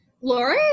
Laura